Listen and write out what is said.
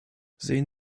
sehen